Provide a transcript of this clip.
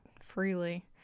freely